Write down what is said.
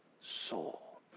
soul